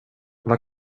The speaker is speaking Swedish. vad